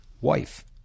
wife